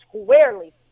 squarely